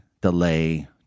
delay